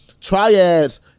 Triads